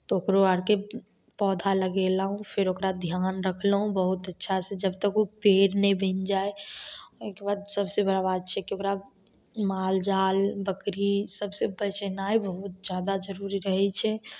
तऽ ओकरो आरके पौधा लगेलहुँ फेर ओकरा ध्यान राखलहुँ बहुत अच्छासँ जबतक उ पेड़ नहि बनि जाइ ओइके बाद सबसँ बड़ा बात छै कि ओकरा मालजाल बकरी ई सबसे बचेनाइ बहुत ज्यादा जरुरी रहै छै